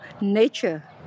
nature